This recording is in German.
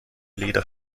leder